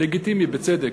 לגיטימי, בצדק,